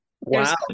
wow